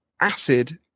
acid